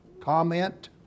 comment